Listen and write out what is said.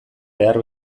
behar